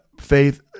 faith